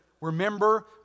remember